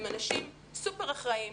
הם אנשים סופר אחראיים,